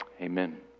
Amen